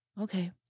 Okay